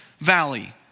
valley